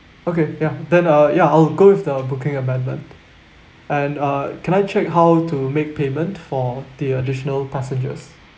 okay ya then uh yeah I'll go with the booking amendment and uh can I check how to make payment for the additional passengers